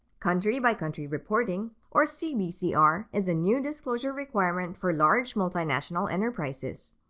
country-by-country reporting, or cbcr, is a new disclosure requirement for large multinational enterprises.